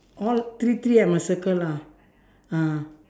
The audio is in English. all three three I must circle lah ah